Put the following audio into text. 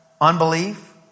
unbelief